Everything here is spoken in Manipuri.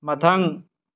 ꯃꯊꯪ